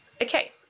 Okay